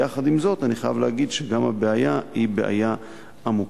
עם זאת, אני חייב להגיד שהבעיה היא בעיה עמוקה.